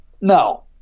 No